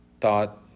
thought